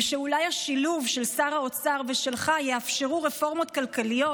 ושאולי השילוב של שר האוצר ושלך יאפשר רפורמות כלכליות